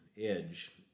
edge